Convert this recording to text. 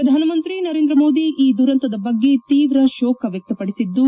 ಪ್ರಧಾನಮಂತ್ರಿ ನರೇಂದ್ರ ಮೋದಿ ಈ ದುರಂತದ ಬಗ್ಗೆ ತೀವ್ರ ಶೋಕ ವ್ಯಕ್ತಪಡಿಸಿದ್ದು